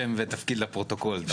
שם ותפקיד לפרוטוקול.